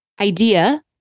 idea